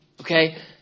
Okay